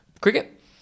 cricket